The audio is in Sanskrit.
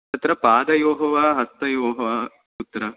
तत्र पादयोः वा हस्तयोः वा कुत्र